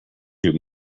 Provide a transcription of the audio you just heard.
you